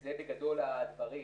זה בגדול הדברים,